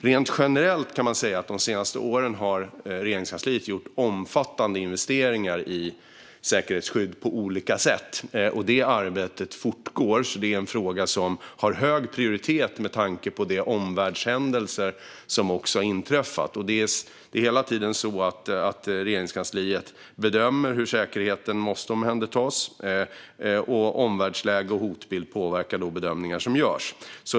Rent generellt kan man säga att de senaste åren har Regeringskansliet gjort omfattande investeringar i säkerhetsskydd på olika sätt. Det arbetet fortgår, och det är en fråga som har hög prioritet med tanke på de omvärldshändelser som har inträffat. Regeringskansliet bedömer hela tiden hur säkerheten måste omhändertas, och omvärldsläge och hotbild påverkar de bedömningar som görs.